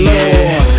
Lord